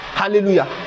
Hallelujah